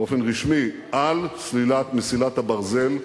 באופן רשמי, על סלילת מסילת הברזל לאילת.